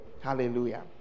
hallelujah